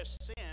sin